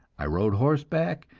i rode horseback,